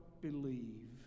believe